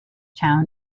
town